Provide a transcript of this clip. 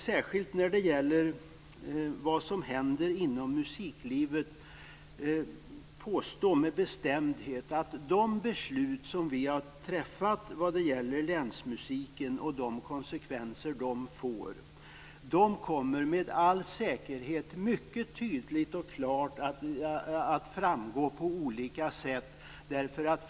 Särskilt när det gäller vad som händer inom musiklivet vill jag med bestämdhet påstå att de beslut som fattats om länsmusiken, och de konsekvenser dessa får, med alla säkerhet mycket tydligt och klart kommer att framgå på olika sätt.